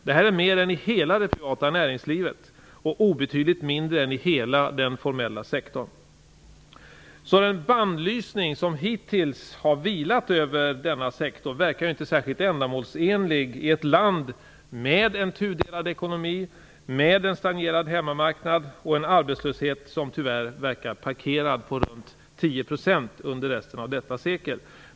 Det är mer än i hela det privata näringslivet och obetydligt mindre än i hela den formella sektorn. Den bannlysning som hittills har vilat över den informella sektorn verkar inte särskilt ändamålsenlig i ett land med en tudelad ekonomi, en stagnerat hemmamarknad och en arbetslöshet som tyvärr verkar parkerad på runt 10 % för resten av detta sekel.